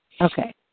Okay